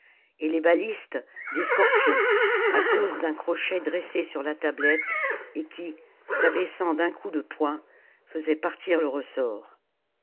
et les balistes des scorpions à cause d'un crochet dressé sur la tablette et qui s'abaissant d'un coup de poing faisait partir le ressort